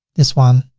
this one